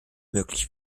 möglich